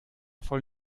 voll